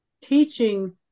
teaching